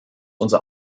unser